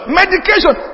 medication